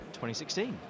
2016